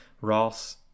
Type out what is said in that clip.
Ross